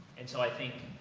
and so, i think,